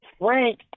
Frank